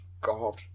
God